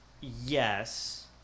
yes